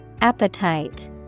Appetite